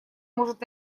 может